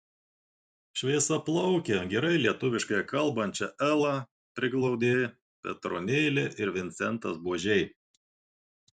šviesiaplaukę gerai lietuviškai kalbančią elą priglaudė petronėlė ir vincentas buožiai